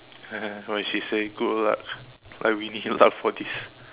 why she say good luck why we need luck for this